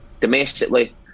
domestically